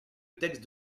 texte